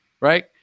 Right